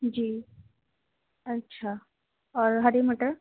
جی اچھا اور ہری مٹر